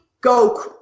go